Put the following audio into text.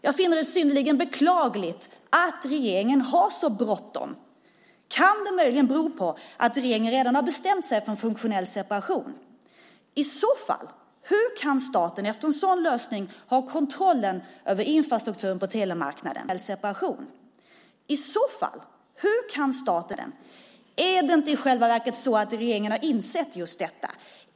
Jag finner det synnerligen beklagligt att regeringen har så bråttom. Kan det möjligen bero på att regeringen redan har bestämt sig för en funktionell separation? I så fall: Hur kan staten efter en sådan lösning ha kontrollen över infrastrukturen på telemarknaden? Är det inte i själva verket så att regeringen har insett just detta problem?